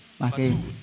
okay